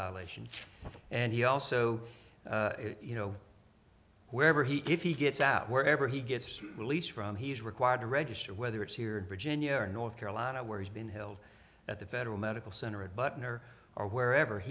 violation and he also you know wherever he if he gets out wherever he gets released from he is required to register whether it's here virginia or north carolina where he's been held at the federal medical center at butner or wherever